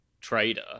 Trader